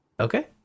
Okay